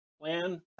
Plan